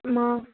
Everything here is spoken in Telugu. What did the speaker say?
మా